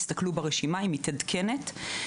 רשימה שמתעדכנת.